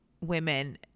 women